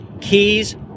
keys